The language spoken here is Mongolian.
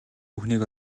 бүхнийг